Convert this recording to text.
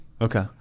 okay